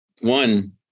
One